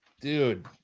Dude